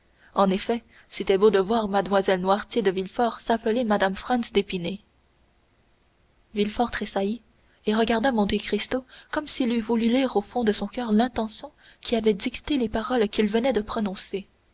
en effet c'était beau de voir mlle noirtier de villefort s'appeler mme franz d'épinay villefort tressaillit et regarda monte cristo comme s'il eût voulu lire au fond de son coeur l'intention qui avait dicté les paroles qu'il venait de prononcer